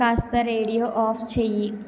కాస్త radio off చేయి